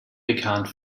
bekannt